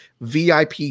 VIP